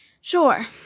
Sure